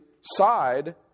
side